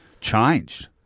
changed